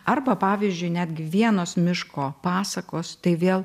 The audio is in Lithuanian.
arba pavyzdžiui netgi vienos miško pasakos tai vėl